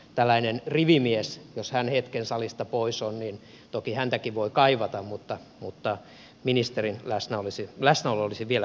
tällaista rivimiestäkin jos hän hetken salista pois on toki voi kaivata mutta ministerin läsnäolo olisi vielä tärkeämpää